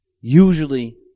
usually